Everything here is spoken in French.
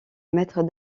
mètres